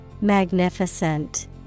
Magnificent